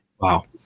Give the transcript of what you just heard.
Wow